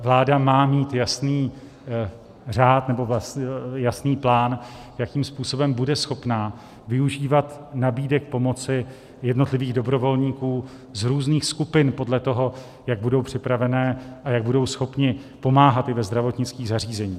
Vláda má mít jasný řád, nebo vlastní plán, jakým způsobem bude schopna využívat nabídek pomoci jednotlivých dobrovolníků z různých skupin, podle toho, jak budou připraveni a jak budou schopni pomáhat i ve zdravotnických zařízení.